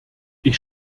ich